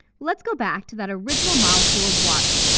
let's go back to that original molecule of water.